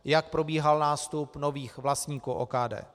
Jak probíhal nástup nových vlastníků OKD.